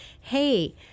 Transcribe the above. Hey